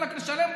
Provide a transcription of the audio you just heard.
הציבורי.